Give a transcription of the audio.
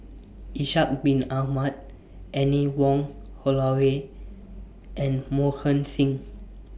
Ishak Bin Ahmad Anne Wong Holloway and Mohan Singh